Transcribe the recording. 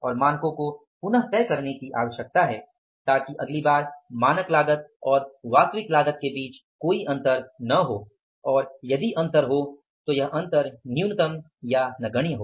और मानकों को पुनः तय करने की आवश्यकता है ताकि अगली बार मानक लागत और वास्तविक लागत के बीच या तो कोई अंतर न हो या यदि अंतर हो तो यह न्यूनतम नगण्य अंतर हो